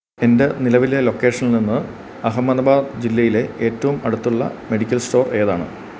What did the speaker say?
എന്റെ നിലവിലെ ലൊക്കേഷനിൽ നിന്ന് അഹമ്മദബാദ് ജില്ലയിലെ ഏറ്റവും അടുത്തുള്ള മെഡിക്കൽ സ്റ്റോർ ഏതാണ്